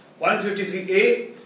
153A